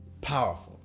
powerful